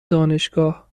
دانشگاه